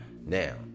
Now